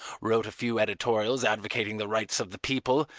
wrote a few editorials advocating the rights of the people,